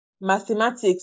mathematics